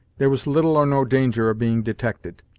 there was little or no danger of being detected.